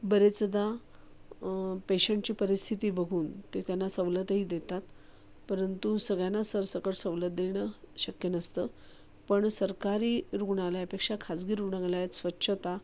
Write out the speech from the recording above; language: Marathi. बऱ्याचदा पेशंटची परिस्थिती बघून ते त्यांना सवलतही देतात परंतु सगळ्यांना सरसकट सवलत देणं शक्य नसतं पण सरकारी रुग्णालयापेक्षा खाजगी रुग्णालयात स्वच्छता